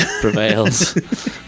prevails